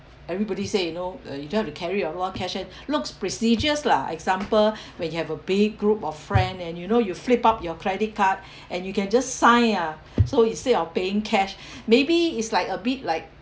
everybody say you know uh you don't have to carry a lot of cash in looks prestigious lah example when you have a big group of friends and you know you flip up your credit card and you can just sign ah so instead of paying cash maybe it's like a bit like